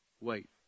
wait